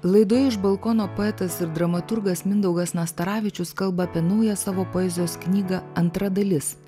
laidoje iš balkono poetas ir dramaturgas mindaugas nastaravičius kalba apie naują savo poezijos knygą antra dalis